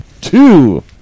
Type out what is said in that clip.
Two